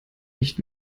nicht